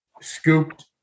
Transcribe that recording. scooped